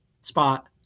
spot